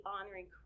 honoring